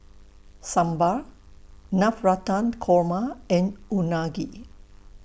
Sambar Navratan Korma and Unagi